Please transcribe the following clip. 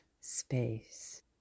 space